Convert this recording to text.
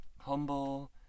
humble